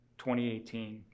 2018